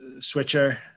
switcher